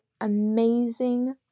amazing